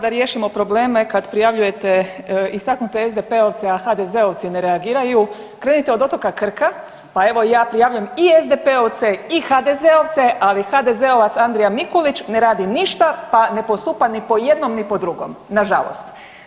Pa evo da riješimo probleme kad prijavljujete istaknute SDP-ovce a HDZ-ovci ne reagiraju krenite od otoka Krka pa evo ja prijavljujem i SDP-ovce i HDZ-ovce ali HDZ-ovac Andrija Mikulić ne radi ništa pa ne postupa ni po jednom ni po drugom, nažalost.